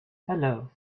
hello